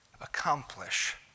accomplish